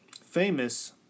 famous